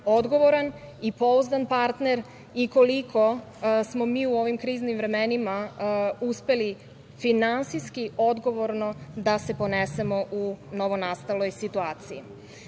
odgovoran i pouzdan partner i koliko smo mi u ovim kriznim vremenima uspeli finansijski, odgovorno da se ponesemo u novonastaloj situaciji.